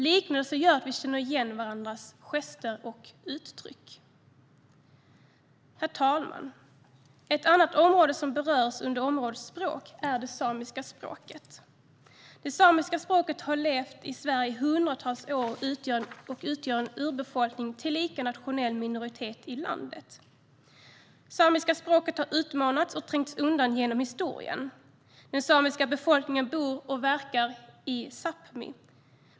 Likheterna gör att vi känner igen varandras gester och utryck. Herr talman! Ett annat område som berörs under området språk är det samiska språket. Det samiska folket har levt i Sverige i hundratals år och utgör en urbefolkning och tillika en nationell minoritet i landet. Samiska språket har utmanats och trängts undan genom historien. Den samiska befolkningen bor och verkar i Sápmi.